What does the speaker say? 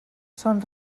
són